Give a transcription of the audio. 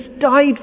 died